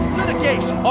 Litigation